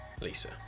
Lisa